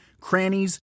crannies